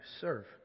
serve